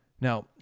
Now